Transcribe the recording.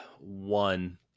one